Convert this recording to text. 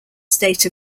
state